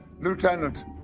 Lieutenant